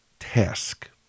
task